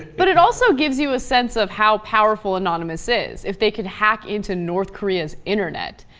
but it also gives you a sense of how powerful anonymous is if they can happen into north korea's internet